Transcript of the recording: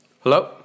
Hello